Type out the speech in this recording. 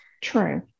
True